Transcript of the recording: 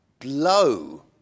blow